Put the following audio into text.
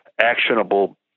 actionable